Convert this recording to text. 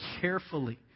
carefully